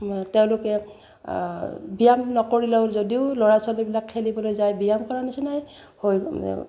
তেওঁলোকে ব্যায়াম নকৰিলেও যদিও ল'ৰা ছোৱালীবিলাক খেলিবলৈ যায় ব্যায়াম কৰা নিচিনাই হৈ